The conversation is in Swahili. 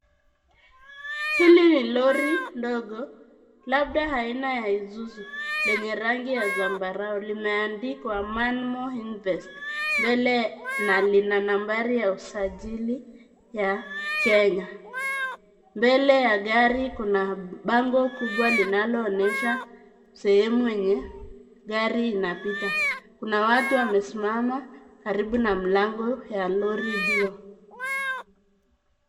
Hili ni lori ndogo, labda aina ya Isuzu lenye rangi za zambarau. Limeandikwa ManMo Invest mbele na lina nambari ya usajili ya Kenya. Mbele ya gari kuna bango kubwa linaloonyesha sehemu yenye gari inapita. Kuna watu wamesimama karibu na mlango ya lori hio.